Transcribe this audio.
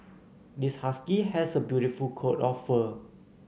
this husky has a beautiful coat of fur